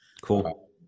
Cool